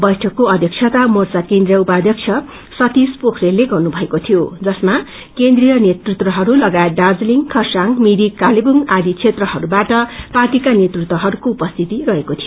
वैठकुद्वो अध्यक्षता मोर्चा केन्द्रीय उपाध्यक्ष संतिश पोख्रेलले गर्नुभएको थियो जसमा केन्द्रीय नेतृत्वहरू लगायत दार्जीलिङ खरसाङ मिरिक कालेबुङ आदि क्षेत्रहरूबाट पार्टीका नेतृत्वहरूको उपस्थित रहेको थियो